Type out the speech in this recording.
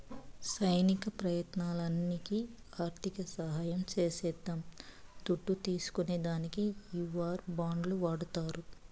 సైనిక ప్రయత్నాలకి ఆర్థిక సహాయం చేసేద్దాం దుడ్డు తీస్కునే దానికి ఈ వార్ బాండ్లు వాడతారు